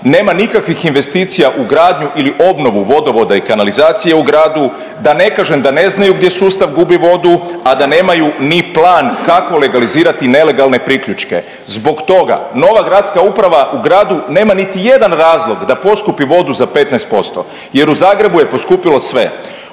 nema nikakvih investicija u gradnju ili obnovu vodovoda i kanalizacije u gradu, da ne kažem da ne znaju gdje sustav gubi vodu, a da nemaju ni plan kako legalizirati nelegalne priključke. Zbog toga nova gradska uprava u gradu nema niti jedan razlog da poskupi vodu za 15% jer u Zagrebu je poskupilo sve